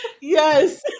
Yes